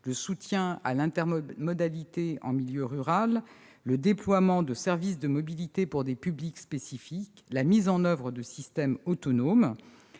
le soutien à l'intermodalité en milieu rural, le déploiement de services de mobilité pour des publics spécifiques, la mise en oeuvre de systèmes autonomes.